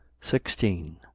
sixteen